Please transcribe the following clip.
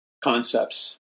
concepts